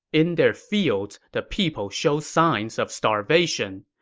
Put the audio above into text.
in their fields, the people show signs of starvation.